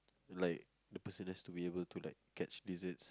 like the person has to be able to like catch lizards